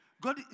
God